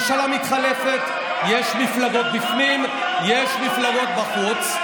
ממשלה מתחלפת, יש מפלגות בפנים, יש מפלגות בחוץ.